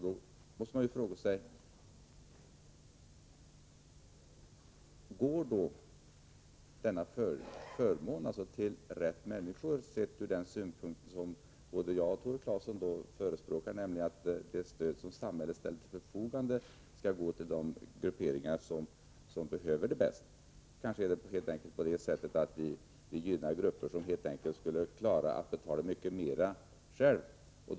Då måste man fråga sig: Går denna förmån till rätt människor, sett ur den synpunkt som både jag och Tore Claeson företräder, nämligen att det stöd som samhället ställt till förfogande skall gå till de grupperingar som behöver det bäst? Kanske är det helt enkelt på det sättet att vi gynnar grupper som skulle klara att betala mera själva.